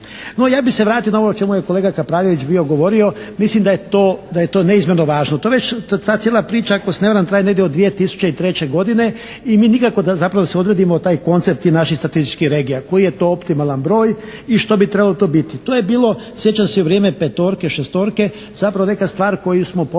No ja bih se vratio na ovo o čemu je kolega Kapraljević bio govorio, mislim da je to neizmjerno važno. Ta cijela priča ako se ne varam traje negdje od 2003. godine i mi nikako zapravo da si odredimo taj koncept tih naših statističkih regija, koji je to optimalan broj i što bi trebalo to biti. To je bilo sjećam se i u vrijeme petorke, šestorke zapravo neka stvar koju smo pomalo